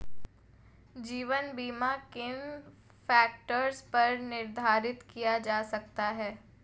जीवन बीमा किन फ़ैक्टर्स पर निर्धारित किया जा सकता है?